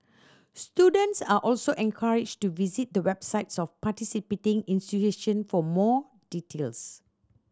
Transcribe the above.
students are also encouraged to visit the websites of participating institution for more details